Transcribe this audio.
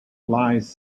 lies